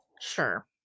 Sure